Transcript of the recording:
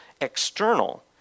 external